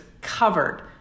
covered